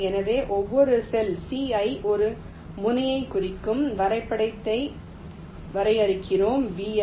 எனவே ஒவ்வொரு cell ci ஒரு முனையை குறிக்கும் வரைபடத்தை வரையறுக்கிறோம் vi